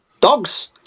dogs